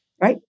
right